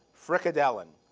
frikadellen,